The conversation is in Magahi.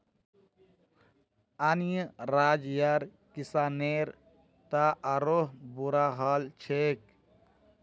अन्य राज्यर किसानेर त आरोह बुरा हाल छेक